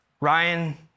Ryan